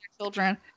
children